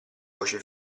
voce